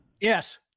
yes